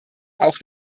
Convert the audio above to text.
auch